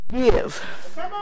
Give